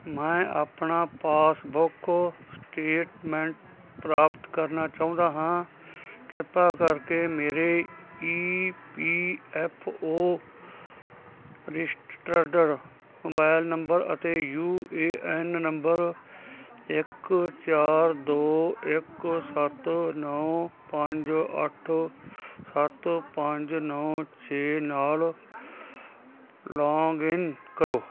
ਮੈਂ ਆਪਣਾ passbook statement ਪ੍ਰਾਪਤ ਕਰਨਾ ਚਾਹੁੰਦਾ ਹਾਂ ਕਿਰਪਾ ਕਰਕੇ ਮੇਰੇ E P F O registered mobile number ਅਤੇ ਯੂ ਏ ਐਨ ਨੰਬਰ ਇੱਕ ਚਾਰ ਦੋ ਇੱਕ ਸੱਤ ਨੌਂ ਪੰਜ ਅੱਠ ਸੱਤ ਪੰਜ ਨੌਂ ਛੇ ਨਾਲ ਲੌਗਇਨ ਕਰੋ